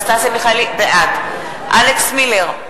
בעד אלכס מילר,